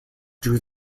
drew